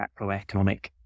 macroeconomic